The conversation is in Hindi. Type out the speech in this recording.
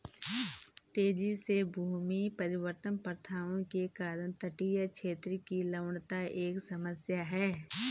तेजी से भूमि परिवर्तन प्रथाओं के कारण तटीय क्षेत्र की लवणता एक समस्या है